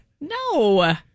No